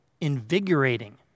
invigorating